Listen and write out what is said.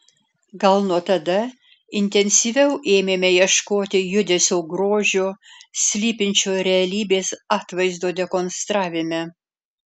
gal nuo tada intensyviau ėmėme ieškoti judesio grožio slypinčio realybės atvaizdo dekonstravime